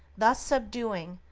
thus subduing,